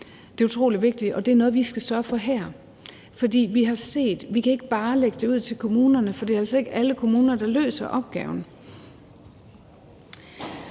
Det er utrolig vigtigt, og det er noget, vi skal sørge for her. Vi kan ikke bare lægge det ud til kommunerne, for det er altså ikke alle kommuner, der løser opgaven.